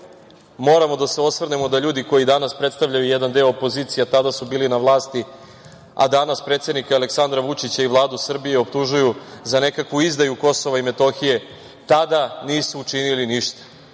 moramo da se osvrnemo i da kažemo da ljudi koji danas predstavljaju jedan deo opozicije, a tada su bili na vlasti, a danas predsednika Aleksandra Vučića i Vladu Srbije optužuju za nekakvu izdaju Kosova i Metohije, tada nisu učinili